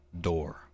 door